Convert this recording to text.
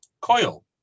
Coil